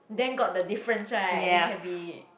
then got the difference right then can be